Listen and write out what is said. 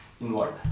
involved